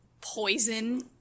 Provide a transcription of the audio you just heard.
poison